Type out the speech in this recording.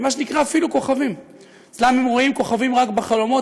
מה שנקרא אפילו "כוכבים"; אצלם הם רואים כוכבים רק בחלומות,